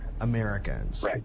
Americans